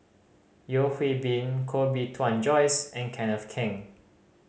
Yeo Hwee Bin Koh Bee Tuan Joyce and Kenneth Keng